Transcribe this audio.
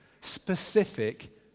specific